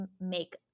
make